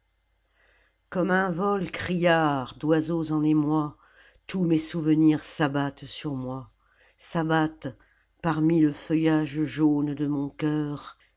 un vol criard d'oiseaux en émoi tous mes souvenirs s'abattent sur moi s'abattent parmi le feuillage jaune de mon coeur